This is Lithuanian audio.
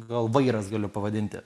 gal vairas galiu pavadinti